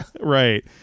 Right